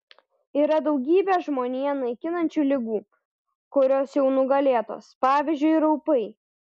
yra daugybė žmoniją naikinančių ligų kurios jau nugalėtos pavyzdžiui raupai